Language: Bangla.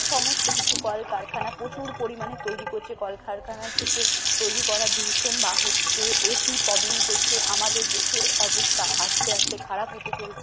সমস্ত কিছু কলকারখানা প্রচুর পরিমাণে তৈরি করছে কলকারখানার থেকে তৈরি করা দূষণ বার হচ্ছে এসি প্রবলেম করছে আমাদের দেশের অবস্থা আস্তে আস্তে খারাপ হতে চলছে